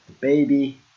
baby